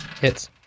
hits